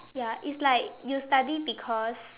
ya it's like you study because